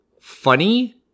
funny